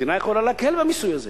המדינה יכולה להקל במיסוי הזה